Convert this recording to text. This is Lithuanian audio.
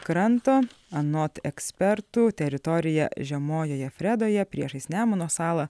kranto anot ekspertų teritorija žemojoje fredoje priešais nemuno salą